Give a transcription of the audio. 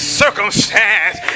circumstance